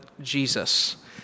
Jesus